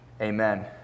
Amen